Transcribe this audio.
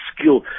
skill